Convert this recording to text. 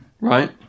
right